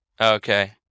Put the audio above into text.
Okay